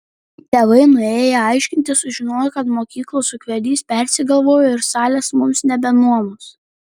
tėvai nuėję aiškintis sužinojo kad mokyklos ūkvedys persigalvojo ir salės mums nebenuomos